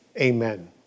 amen